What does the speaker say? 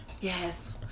Yes